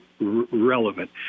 relevant